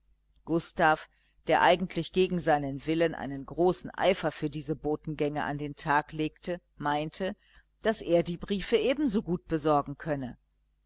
gustav der eigentlich gegen seinen willen einen großen eifer für diese botengänge an den tag legte meinte daß er die briefe ebensogut besorgen könne